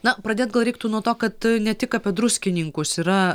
na pradėt gal reiktų nuo to kad ne tik apie druskininkus yra